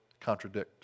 contradict